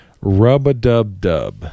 Rub-A-Dub-Dub